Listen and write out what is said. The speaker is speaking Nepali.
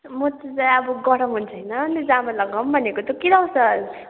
म त चाहिँ अब गरम हुन्छ होइन अनि त जामा लगाऊँ भनेको तँ के लाउँछस्